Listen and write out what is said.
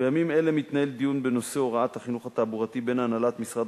בימים אלו מתנהל דיון בנושא הוראת החינוך התעבורתי בין הנהלת משרד